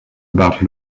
about